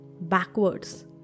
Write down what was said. backwards